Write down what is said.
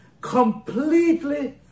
completely